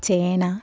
ചേന